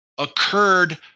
occurred